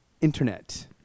Internet